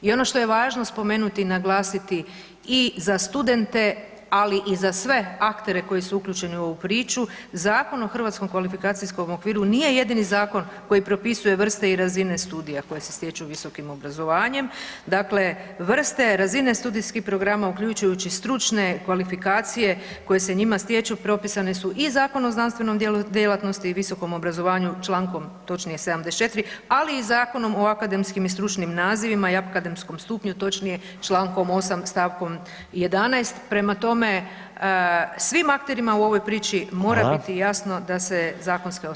I ono što je važno spomenuti i naglasiti, i za studente ali i za sve aktere koji su uključeni u ovu priču, Zakon o HKO-u nije jedini zakon propisuje vrste i razine studija koje se stječu visokim obrazovanjem, dakle vrste razine studijskih programa uključujući stručne kvalifikacije koje se njima stječu, propisane su i Zakonom o znanstvenoj djelatnosti i visokom obrazovanju, čl. točnije 74., ali i Zakonom o akademskim i stručnim nazivima i akademskom stupnju, točnije čl. 8. stavkom 11., prema tome svim akterima u ovoj priči mora biti jasno da se zakonske osnove